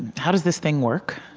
how does this thing work?